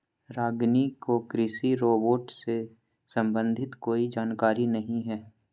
रागिनी को कृषि रोबोट से संबंधित कोई जानकारी नहीं है